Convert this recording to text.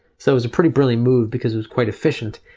so was a pretty burly move because was quite efficient.